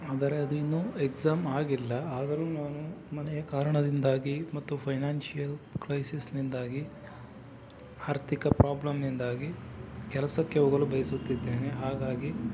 ಆದರೆ ಅದು ಇನ್ನೂ ಎಕ್ಸಾಮ್ ಆಗಿಲ್ಲ ಆದರೂ ನಾನು ಮನೆಯ ಕಾರಣದಿಂದಾಗಿ ಮತ್ತು ಫೈನಾನ್ಷಿಯಲ್ ಕ್ರೈಸಿಸ್ನಿಂದಾಗಿ ಆರ್ಥಿಕ ಪ್ರಾಬ್ಲಮ್ನಿಂದಾಗಿ ಕೆಲಸಕ್ಕೆ ಹೋಗಲು ಬಯಸುತ್ತಿದ್ದೇನೆ ಹಾಗಾಗಿ